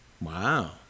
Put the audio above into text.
Wow